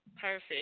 perfect